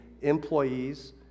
employees